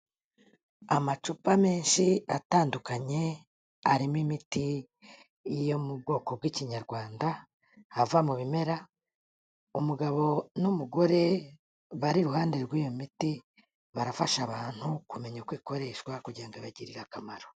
Amacupa menshi atandukanye, arimo imiti yo mu bwoko bw'Ikinyarwanda ava mu bimera, umugabo n'umugore bari iruhande rw'iyo miti, barafasha abantu kumenya uko ikoreshwa kugira ngo bibagirire akamaro.